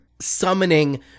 summoning